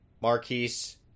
Marquise